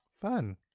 Fun